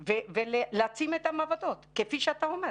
ולהעצים את המעבדות כפי שאתה אומר.